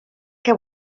què